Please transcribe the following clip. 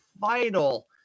vital